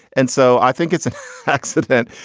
and so i think it's an accident,